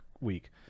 week